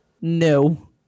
no